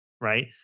right